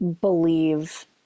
believe